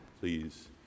Please